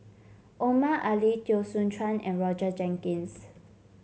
Omar Ali Teo Soon Chuan and Roger Jenkins